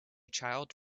child